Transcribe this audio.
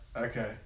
Okay